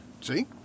See